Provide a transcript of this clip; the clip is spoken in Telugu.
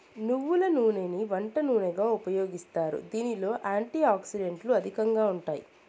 నువ్వుల నూనెని వంట నూనెగా ఉపయోగిస్తారు, దీనిలో యాంటీ ఆక్సిడెంట్లు అధికంగా ఉంటాయి